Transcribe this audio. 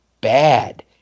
bad